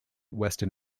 western